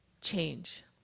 change